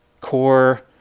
core